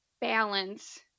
balance